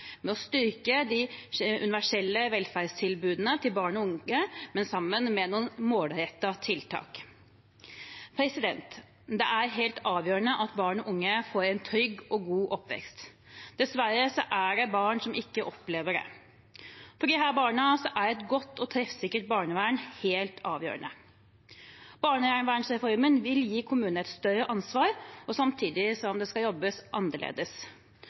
å nå målet om å styrke de universelle velferdstilbudene til barn og unge. I tillegg er det målrettede tiltak. Det er helt avgjørende at barn og unge får en trygg og god oppvekst. Dessverre er det barn som ikke opplever det. For disse barna er et godt og treffsikkert barnevern helt avgjørende. Barnevernsreformen vil gi kommunene et større ansvar, samtidig som det skal jobbes annerledes.